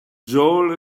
joel